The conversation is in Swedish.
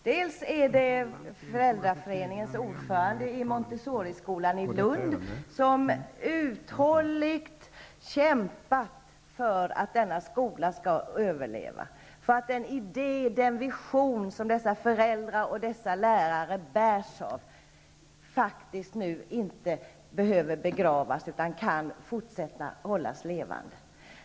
Den första är föräldraföreningens ordförande i Montessoriskolan i Lund, som uthålligt kämpat för att denna skola skall överleva, så att den idé och den vision som dessa lärare bärs av nu inte behöver begravas utan kan fortsättas att hållas levande.